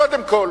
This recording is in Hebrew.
קודם כול,